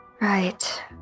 Right